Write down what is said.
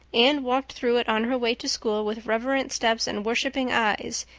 anne walked through it on her way to school with reverent steps and worshiping eyes,